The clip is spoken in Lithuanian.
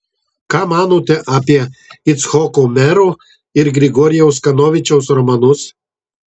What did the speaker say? ką manote apie icchoko mero ir grigorijaus kanovičiaus romanus